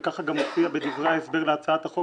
וכך גם מופיע בדברי ההסבר להצעת החוק